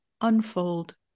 unfold